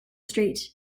street